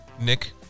Nick